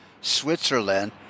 Switzerland